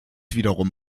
wiederum